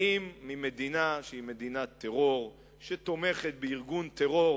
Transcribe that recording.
באות ממדינה שהיא מדינת טרור שתומכת בארגון טרור